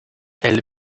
elle